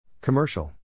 Commercial